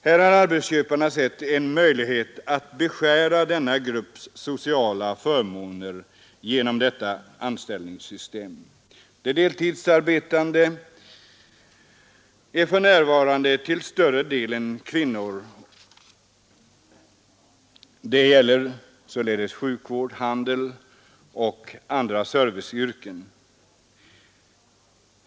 Här har arbetsköparna sett en möjlighet att beskära denna grupps sociala förmåner genom detta anställningssystem. De deltidsarbetande är för närvarande till större delen kvinnor. Det gäller således sjukvård, handel och andra serviceyrken.